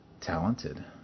talented